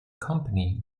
company